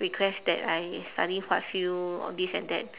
request that I study what field all this and that